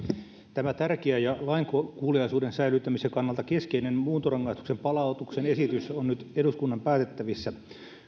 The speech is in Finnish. tämä tärkeä ja lainkuuliaisuuden säilyttämisen kannalta keskeinen muuntorangaistuksen palautuksen esitys on nyt eduskunnan päätettävissä